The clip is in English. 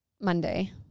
Monday